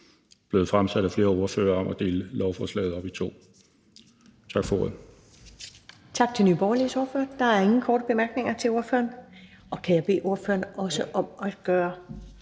blevet fremsat af flere ordførere om at dele lovforslaget op i to. Tak for ordet. Kl. 11:47 Første næstformand (Karen Ellemann): Tak til Nye Borgerliges ordfører. Der er ingen korte bemærkninger til ordføreren. Og kan jeg bede ordføreren om at gøre